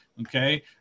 Okay